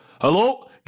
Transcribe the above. Hello